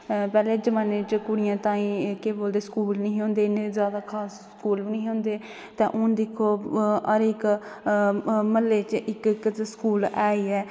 पहले जमाने च कुडियां तांई केह् बोलदे स्कूल नेई होंदे हे इने खास स्कूल बी नेई हे होंदे ते हून दिक्खो हर इक म्हल्ले च इक इक स्कूल ऐ ही ऐ